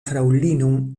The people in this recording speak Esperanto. fraŭlinon